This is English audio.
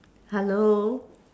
hello